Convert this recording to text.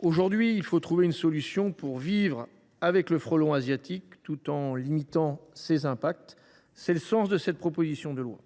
Aujourd’hui, il faut trouver une solution pour vivre avec le frelon asiatique tout en limitant ses nuisances. C’est le sens de cette proposition de loi.